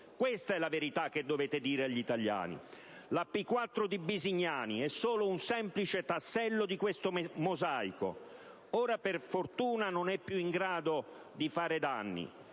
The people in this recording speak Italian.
Questa è la verità che dovete dire agli italiani. La P4 di Bisignani è solo un semplice tassello di questo mosaico. Ora per fortuna non è più in grado di fare danni,